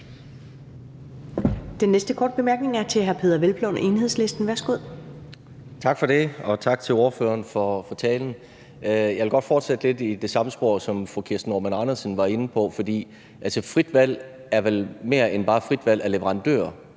Den næste korte bemærkning er til hr. Peder Hvelplund, Enhedslisten. Værsgo. Kl. 10:52 Peder Hvelplund (EL): Tak for det, og tak til ordføreren for talen. Jeg vil godt fortsætte lidt i det samme spor, som fru Kirsten Normann Andersen var inde på. For frit valg er vel mere end bare frit valg af leverandør,